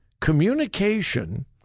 communication